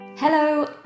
Hello